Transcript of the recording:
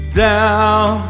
down